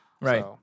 Right